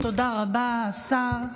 תודה רבה, השר.